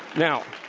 now,